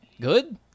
good